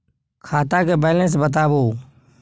खाता के बैलेंस बताबू?